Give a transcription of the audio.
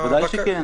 ודאי שכן.